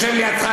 שיושב לידך,